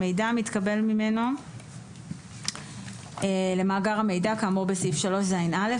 המידע המתקבל ממנו למאגר המידע כאמור בסעיף 3ז(א)